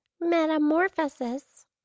Metamorphosis